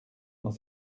dans